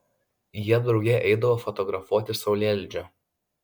jie drauge eidavo fotografuoti saulėlydžio